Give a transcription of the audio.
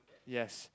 yes